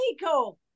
Mexico